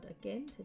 again